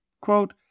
Quote